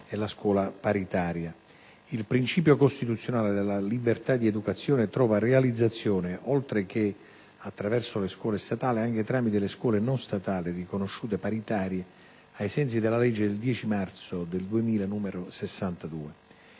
e alla scuola paritaria. Il principio costituzionale della libertà di educazione trova realizzazione, oltre che attraverso le scuole statali, anche tramite le scuole non statali riconosciute paritarie ai sensi della legge 10 marzo 2000, n. 62.